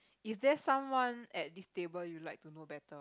is there someone at this table you'll like to know better